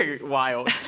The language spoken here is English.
wild